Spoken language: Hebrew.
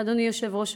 אדוני היושב-ראש,